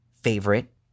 Favorite